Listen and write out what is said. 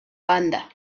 banda